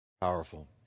Powerful